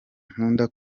nkunda